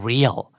Real